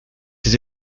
ses